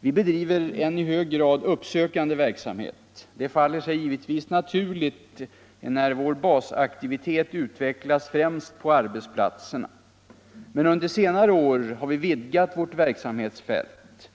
Vi bedriver en i hög grad uppsökande verksamhet. Det faller sig givetvis naturligt enär vår basaktivitet utvecklas främst på arbetsplatserna. Men under senare år har vi vidgat vårt verksamhetsfält.